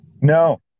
No